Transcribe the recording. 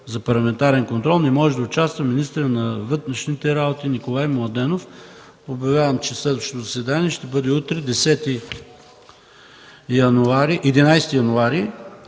за парламентарен контрол не може да участва министърът на външните работи Николай Младенов. Обявявам, че следващото заседание ще бъде утре – 11 януари